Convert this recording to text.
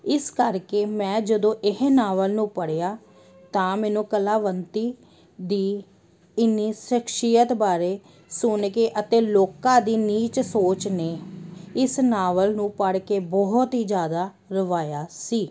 ਇਸ ਕਰਕੇ ਮੈਂ ਜਦੋਂ ਇਹ ਨਾਵਲ ਨੂੰ ਪੜ੍ਹਿਆ ਤਾਂ ਮੈਨੂੰ ਕਲਾਵਤੀ ਦੀ ਇੰਨੀ ਸ਼ਖਸ਼ੀਅਤ ਬਾਰੇ ਸੁਣ ਕੇ ਅਤੇ ਲੋਕਾਂ ਦੀ ਨੀਚ ਸੋਚ ਨੇ ਇਸ ਨਾਵਲ ਨੂੰ ਪੜ੍ਹ ਕੇ ਬਹੁਤ ਹੀ ਜ਼ਿਆਦਾ ਰਵਾਇਆ ਸੀ